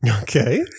Okay